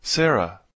Sarah